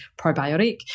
probiotic